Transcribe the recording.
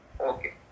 Okay